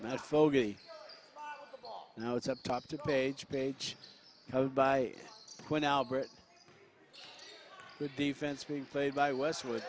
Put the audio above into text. now fogy now it's up top to page page by when albert the defense being played by westwood